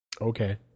Okay